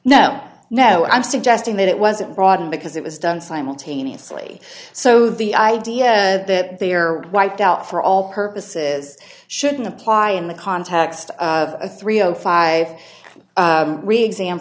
no no i'm suggesting that it wasn't brought in because it was done simultaneously so the idea that they are wiped out for all purposes shouldn't apply in the context of a three o five re exam